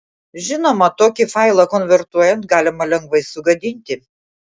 žinoma tokį failą konvertuojant galima lengvai sugadinti